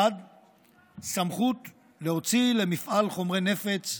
1. סמכות להוציא למפעל חומרי נפץ,